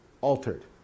altered